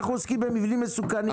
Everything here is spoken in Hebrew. אנחנו עוסקים במבנים מסוכנים.